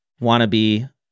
wannabe